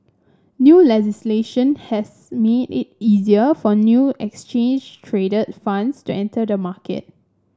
new legislation has made it easier for new exchange traded funds to enter the market